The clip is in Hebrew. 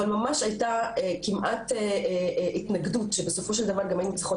אבל ממש היתה כמעט התנגדות שבסופו של דבר היינו צריכות